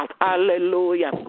Hallelujah